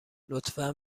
لطفا